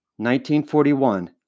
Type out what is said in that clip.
1941